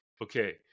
Okay